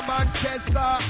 Manchester